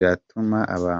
batekereza